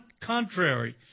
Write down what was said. contrary